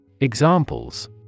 Examples